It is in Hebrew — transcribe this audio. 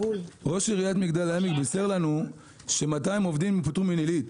ראש עיריית מגדל העמק בישר לנו ש-200 עובדים פוטרו מנילית.